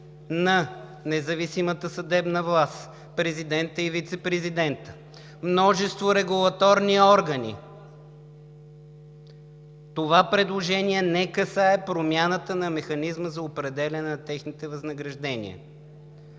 на независимата съдебна власт, президента и вицепрезидента, множество регулаторни органи. Това предложение не касае промяната на механизма за определяне на техните възнаграждения.